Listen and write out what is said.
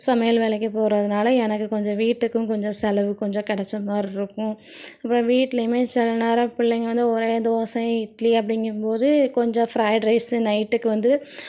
சமையல் வேலைக்கு போகிறதுனால எனக்கு கொஞ்சம் வீட்டுக்கும் கொஞ்சம் செலவுக்கு கொஞ்சம் கிடச்ச மாரி இருக்கும் இப்போ வீட்லையுமே சிலநேரம் பிள்ளைங்கள் வந்து ஒரே தோசை இட்லி அப்படிங்கும் போது கொஞ்சம் ப்ரைட் ரைஸு நைட்டுக்கு வந்து